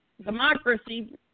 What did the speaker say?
democracy